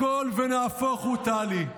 הכול ונהפוך הוא, טלי.